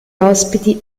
ospiti